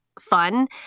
fun